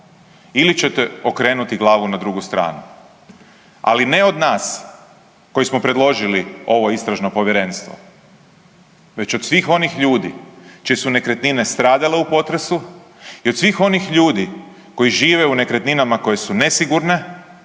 ili ćete okrenuti glavu na drugu stranu, ali ne od nas koji smo predložili ovo istražno povjerenstvo već od svih onih ljudi čije su nekretnine stradale u potresu i od svih onih ljudi koji žive u nekretninama koje su nesigurne,